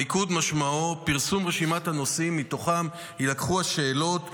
המיקוד משמעו פרסום רשימת הנושאים שממנה יילקחו השאלות בבחינה.